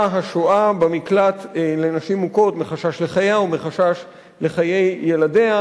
השוהה במקלט לנשים מוכות מחשש לחייה ומחשש לחיי ילדיה,